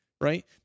right